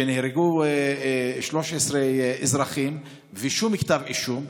שנהרגו 13 אזרחים בלי שום כתב אישום,